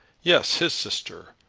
yes his sister.